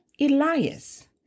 Elias